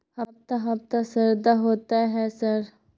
हफ्ता हफ्ता शरदा होतय है सर?